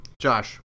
Josh